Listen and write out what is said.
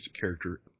character